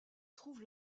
trouve